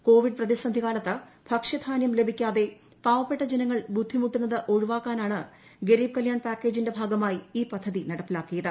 Covid പ്രതിസന്ധി കാലത്ത് ഭക്ഷ്യധാന്യം ലഭിക്കാതെ പാവപ്പെട്ട ജനങ്ങൾ ബുദ്ധിമുട്ടുന്നത് ഒഴിവാക്കാനാണ് ഗരൂീബ് കല്യാൺ പാക്കേജിന്റെ ഭാഗമായി ഈ പദ്ധതി നടപ്പാക്കിയുത്